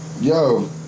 Yo